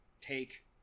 take